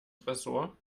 tresor